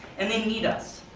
and they need us.